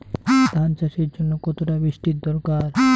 ধান চাষের জন্য কতটা বৃষ্টির দরকার?